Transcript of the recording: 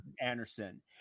anderson